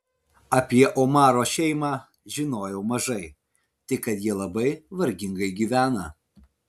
apie omaro šeimą žinojau mažai tik kad jie labai vargingai gyvena